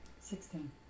Sixteen